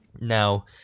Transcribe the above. Now